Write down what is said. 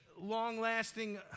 long-lasting